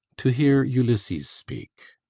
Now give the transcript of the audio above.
to hear ulysses speak.